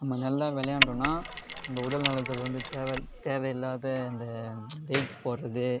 நம்ம நல்லா விளையாண்டோம்னா நம்ம உடல் நலத்துக்கு வந்து தேவையில்லாத இந்த வைட் போடுறது